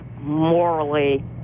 morally